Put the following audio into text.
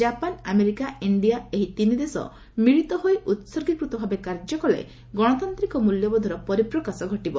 Japan America India ଏହି ତିନି ଦେଶ ମିଳିତ ହୋଇ ଉତ୍ସର୍ଗୀକୃତ ଭାବେ କାର୍ଯ୍ୟକଲେ ଗଶତାନ୍ତ୍ରିକ ମ୍ବଲ୍ୟବୋଧର ପରିପ୍କାଶ ଘଟିବ